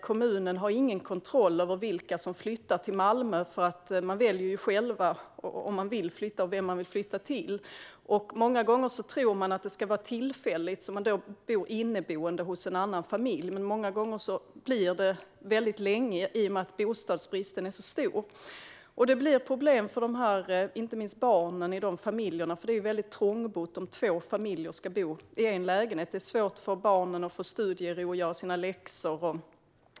Kommunen har ingen kontroll över vilka som flyttar till Malmö, eftersom man själv väljer om och till vem man vill flytta. Ofta tror man att man bara tillfälligtvis bor inneboende hos en annan familj, men många gånger blir det väldigt länge då bostadsbristen är så stor. Det blir problem för inte minst barnen i dessa familjer, för det blir trångbott om två familjer ska bo i en lägenhet. Det blir svårt för barnen att få studiero och kunna göra sina läxor.